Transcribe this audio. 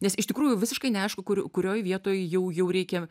nes iš tikrųjų visiškai neaišku kur kurioj vietoj jau jau reikia